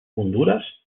hondures